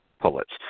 pullets